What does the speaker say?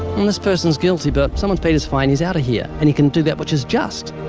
um this person's guilty, but someone's paid his fine. he's out of here. and he can do that, which is just.